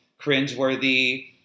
cringeworthy